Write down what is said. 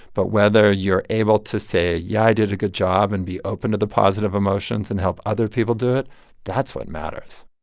but whether you're able to say, yeah, i did a good job, and be open to the positive emotions and help other people do it that's what matters